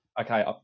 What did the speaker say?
Okay